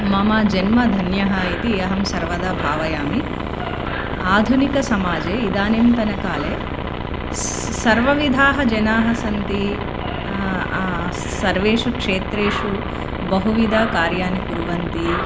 मम जन्म धन्यः इति अहं सर्वदा भावयामि आधुनिकसमाजे इदानींतनकाले स् सर्वविधाः जनाः सन्ति सर्वेषु क्षेत्रेषु बहुविध कार्याणि कुर्वन्ति